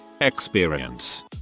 experience